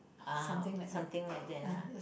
uh something like that lah